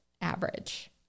average